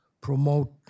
promote